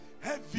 heavy